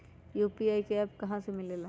UPI का app कहा से मिलेला?